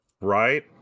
right